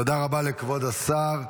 תודה רבה לכבוד השר.